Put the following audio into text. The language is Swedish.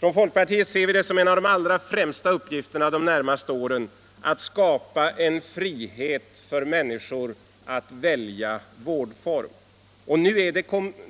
Inom folkpartiet ser vi det som en av de allra främsta uppgifterna de närmaste åren att skapa en frihet för människor att välja vårdform.